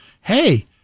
hey